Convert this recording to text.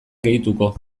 gehituko